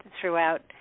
throughout